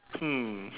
hmm